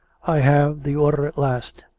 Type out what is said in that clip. i have the order at last.